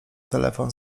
telefon